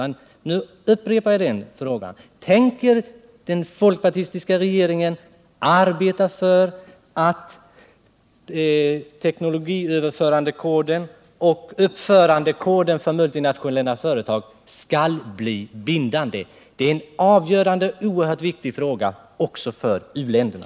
Nu upprepar jag min fråga: Avser den folkpartistiska regeringen att arbeta för att teknologiöverförandekoden och uppförandekoden för multinationella företag skall bli bindande? Det är en avgörande och oerhört viktig fråga också för u-länderna.